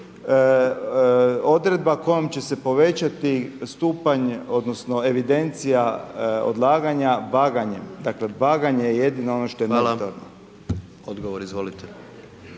odredba kojom će se povećati stupanj, odnosno evidencija odlaganja vaganjem. Dakle vaganje je jedino ono što je meritorno. **Jandroković,